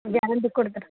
guarantee ಕೊಡ್ತ್ರಾ